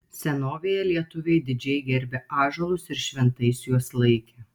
senovėje lietuviai didžiai gerbė ąžuolus ir šventais juos laikė